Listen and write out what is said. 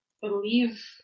believe